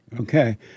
Okay